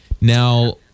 Now